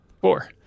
Four